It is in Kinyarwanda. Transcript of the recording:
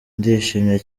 ndishimye